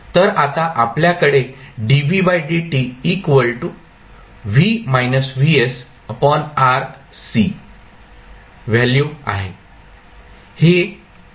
तर आता आपल्याकडे व्हॅल्यू आहे